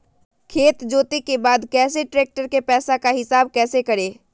खेत जोते के बाद कैसे ट्रैक्टर के पैसा का हिसाब कैसे करें?